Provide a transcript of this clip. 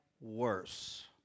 worse